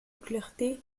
clarté